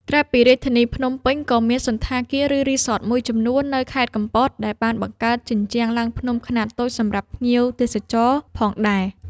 ក្រៅពីរាជធានីភ្នំពេញ ក៏មានសណ្ឋាគារ ឬរីសតមួយចំនួននៅខេត្តកំពត ដែលបានបង្កើតជញ្ជាំងឡើងភ្នំខ្នាតតូចសម្រាប់ភ្ញៀវទេសចរផងដែរ។